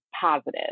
positive